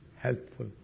helpful